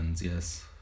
yes